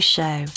Show